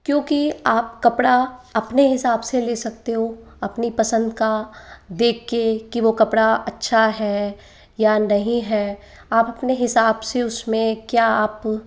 क्योंकि आप कपड़ा अपने हिसाब से ले सकते हो अपनी पसंद का देख के कि वो कपड़ा अच्छा है या नहीं है आप अपने हिसाब से उसमें क्या आप